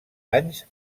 anys